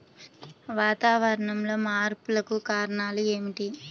వాతావరణంలో మార్పులకు కారణాలు ఏమిటి?